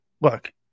look